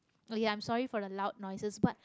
oh ya I'm sorry for the loud noises but